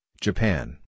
Japan